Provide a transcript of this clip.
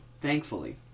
thankfully